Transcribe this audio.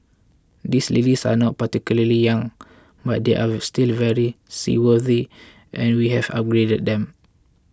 these ladies are not particularly young but they are still very seaworthy and we have upgraded them